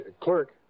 Clerk